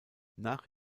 nach